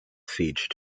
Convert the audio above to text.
siege